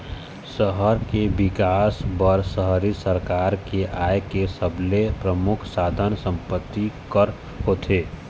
सहर के बिकास बर शहरी सरकार के आय के सबले परमुख साधन संपत्ति कर होथे